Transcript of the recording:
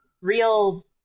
real